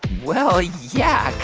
well, yeah,